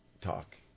talk